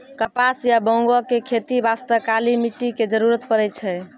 कपास या बांगो के खेती बास्तॅ काली मिट्टी के जरूरत पड़ै छै